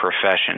profession